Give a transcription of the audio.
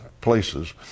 places